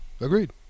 agreed